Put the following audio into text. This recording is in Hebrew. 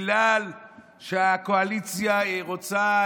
בגלל שהקואליציה רוצה,